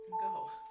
Go